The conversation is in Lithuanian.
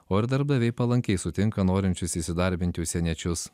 o ir darbdaviai palankiai sutinka norinčius įsidarbinti užsieniečius